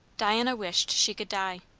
diana wished she could die.